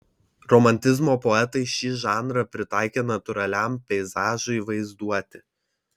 romantizmo poetai šį žanrą pritaikė natūraliam peizažui vaizduoti